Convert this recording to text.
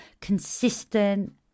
consistent